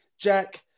Jack